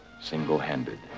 single-handed